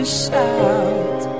shout